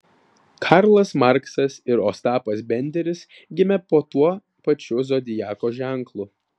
karlas marksas ir ostapas benderis gimė po tuo pačiu zodiako ženklu